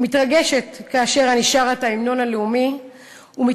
מתרגשת כאשר אני שרה את ההמנון הלאומי ומתמלאת